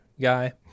guy